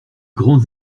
grands